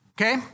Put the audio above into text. Okay